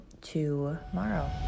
tomorrow